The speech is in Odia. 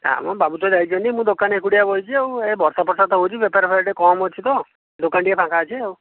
ନାଁ ମ ବାବୁ ଯାଇଛନ୍ତି ମୁଁ ଦୋକାନରେ ଏକୁଟିଆ ବସିଛି ଆଉ ଏ ବର୍ଷା ଫର୍ସା ତ ହେଉଛି ବେପାର ଫେପାର ଟିକେ କମ ଅଛି ତ ଦୋକାନ ଟିକେ ଫାଙ୍କା ଅଛି ଆଉ